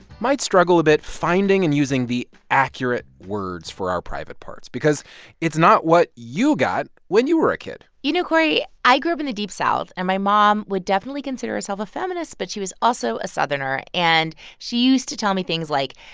might struggle a bit finding and using the accurate words for our private parts because it's not what you got when you were a kid you know, cory, i grew up in the deep south, and my mom would definitely consider herself a feminist, but she was also a southerner. and she used to tell me things like,